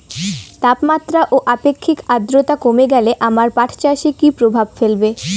তাপমাত্রা ও আপেক্ষিক আদ্রর্তা কমে গেলে আমার পাট চাষে কী প্রভাব ফেলবে?